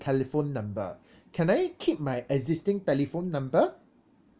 telephone number can I keep my existing telephone number